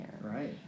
Right